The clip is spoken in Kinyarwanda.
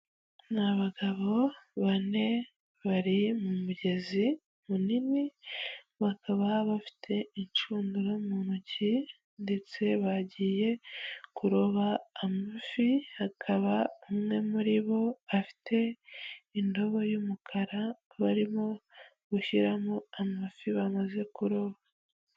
Ni abagabo bane bari mu mugezi munini, bakaba bafite inshundura mu ntoki ndetse bagiye kuroba amafi akaba umwe muri bo afite indobo y'umukara, barimo gushyiramo amafi bamaze kuroba.